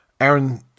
Aaron